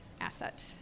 asset